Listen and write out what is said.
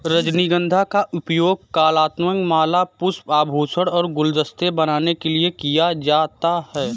रजनीगंधा का उपयोग कलात्मक माला, पुष्प, आभूषण और गुलदस्ते बनाने के लिए किया जाता है